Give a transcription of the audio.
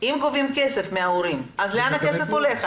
אם גובים כסף מההורים, לאן הכסף הולך?